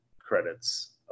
credits